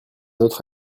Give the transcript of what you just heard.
autre